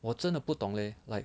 我真的不懂 leh like